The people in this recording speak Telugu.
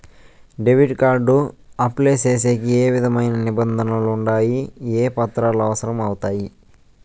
డెబిట్ కార్డు అప్లై సేసేకి ఏ విధమైన నిబంధనలు ఉండాయి? ఏ పత్రాలు అవసరం అవుతాయి?